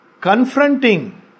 confronting